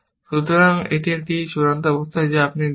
সুতরাং এটি একটি চূড়ান্ত অবস্থা যা আপনি দেখছেন